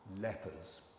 lepers